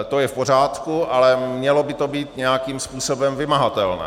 To je v pořádku, ale mělo by to být nějakým způsobem vymahatelné.